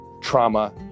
trauma